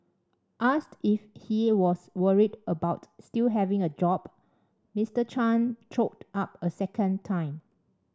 asked if he was worried about still having a job Mister Chan choked up a second time